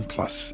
Plus